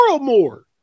more